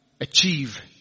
achieve